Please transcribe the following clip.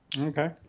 Okay